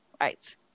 Right